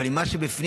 אבל עם מה שבפנים,